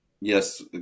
yes